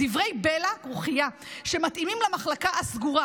דברי בלע שמתאימים למחלקה הסגורה.